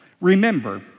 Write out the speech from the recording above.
Remember